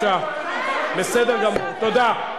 בסדר גמור, תודה.